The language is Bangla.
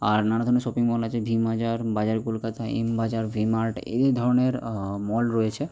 আর নানা ধরনের শপিং মল আছে ভি বাজার বাজার Kolkata M bazaar V mart এই ধরনের মল রয়েছে